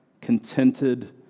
contented